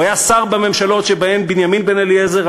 הוא היה שר בממשלות שבהן בנימין בן-אליעזר,